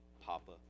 Papa